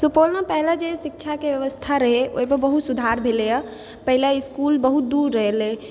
सुपौलमे पहिले जे शिक्षाके व्यवस्था रहै ओइपर बहुत सुधार भेलै यऽ पहिले इसकुल बहुत दूर रहै